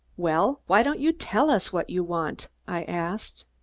well, why don't you tell us what you want? i asked.